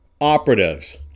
operatives